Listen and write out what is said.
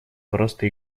просто